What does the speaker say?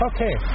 Okay